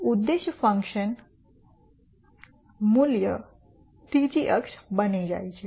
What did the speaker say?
તેથી ઉદ્દેશ ફંકશન મૂલ્ય ત્રીજી અક્ષ બની જાય છે